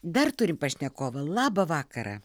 dar turim pašnekovą labą vakarą